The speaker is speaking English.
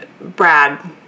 brad